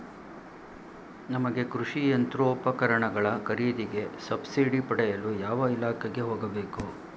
ನಮಗೆ ಕೃಷಿ ಯಂತ್ರೋಪಕರಣಗಳ ಖರೀದಿಗೆ ಸಬ್ಸಿಡಿ ಪಡೆಯಲು ಯಾವ ಇಲಾಖೆಗೆ ಹೋಗಬೇಕು?